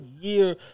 year